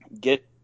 get